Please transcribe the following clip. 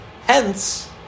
Hence